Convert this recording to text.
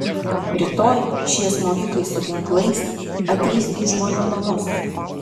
rytoj šie smogikai su ginklais ateis į žmonių namus